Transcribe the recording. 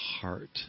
heart